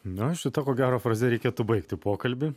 na šita ko gero fraze reikėtų baigti pokalbį